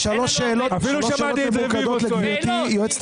שלוש שאלות ממוקדות לגברתי היועצת